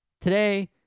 Today